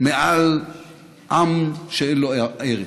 מעל עם שאין לו ארץ.